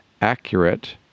accurate